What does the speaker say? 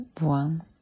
one